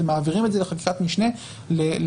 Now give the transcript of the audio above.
זה להעביר את זה לחקיקת משנה לשר,